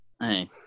Hey